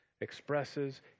expresses